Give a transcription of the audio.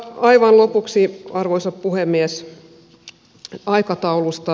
aivan lopuksi arvoisa puhemies aikataulusta